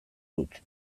dut